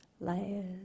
Layers